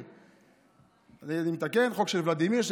אני מתקן, חוק של ולדימיר.